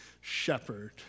shepherd